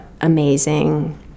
amazing